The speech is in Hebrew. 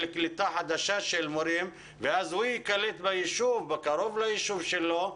קליטה חדשה של מורים ואז הוא ייקלט בישוב או קרוב לישוב שלו.